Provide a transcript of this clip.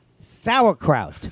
sauerkraut